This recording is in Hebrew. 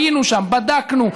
היינו שם, בדקנו.